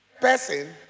person